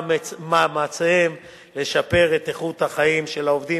ועל מאמציהם לשפר את איכות החיים של העובדים,